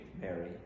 Mary